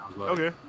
Okay